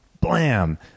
blam